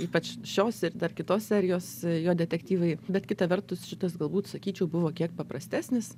ypač šios ir dar kitos serijos jo detektyvai bet kita vertus šitas galbūt sakyčiau buvo kiek paprastesnis